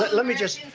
let let me just.